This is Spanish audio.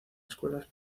escuelas